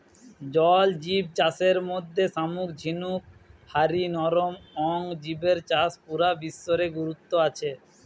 জল জিব চাষের মধ্যে শামুক ঝিনুক হারি নরম অং জিবের চাষ পুরা বিশ্ব রে গুরুত্ব আছে